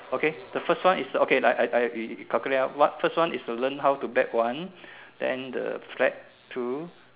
okay the first one is okay like I I I we calculate out first one is to learn how to bet one then the step two